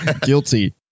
Guilty